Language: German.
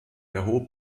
erhob